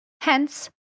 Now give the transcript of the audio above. hence